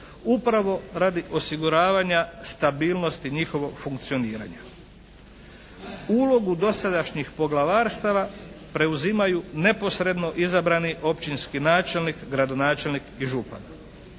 upravo radi osiguravanja stabilnosti njihovog funkcioniranja. Ulogu dosadašnjih poglavarstava preuzimaju neposredno izabrani općinski načelnik, gradonačelnik i župan